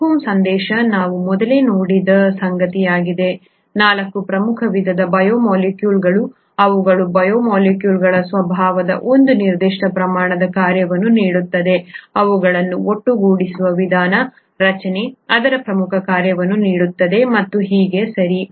take home ಸಂದೇಶವು ನಾವು ಮೊದಲೇ ನೋಡಿದ ಸಂಗತಿಯಾಗಿದೆ 4 ಪ್ರಮುಖ ವಿಧದ ಬಯೋಮಾಲಿಕ್ಯೂಲ್ಗಳು ಅವುಗಳ ಬಯೋಮಾಲಿಕ್ಯೂಲ್ಗಳ ಸ್ವಭಾವವು ಒಂದು ನಿರ್ದಿಷ್ಟ ಪ್ರಮಾಣದ ಕಾರ್ಯವನ್ನು ನೀಡುತ್ತದೆ ಅವುಗಳನ್ನು ಒಟ್ಟುಗೂಡಿಸುವ ವಿಧಾನ ರಚನೆ ಅದರ ಪ್ರಮುಖ ಕಾರ್ಯವನ್ನು ನೀಡುತ್ತದೆ ಮತ್ತು ಹೀಗೆ ಸರಿ